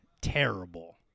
Terrible